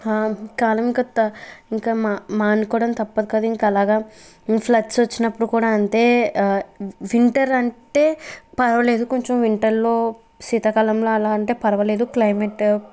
కాలం కొత్త ఇంకా మా మానుకోవడం తప్పదు కదా ఇంకలాగ ఫ్లచ్ వచ్చినప్పుడు కూడా అంతే వింటర్ అంటే పర్వాలేదు కొంచం వింటర్లో శీతాకాలంలో అలా అంటే పర్వాలేదు క్లైమేట్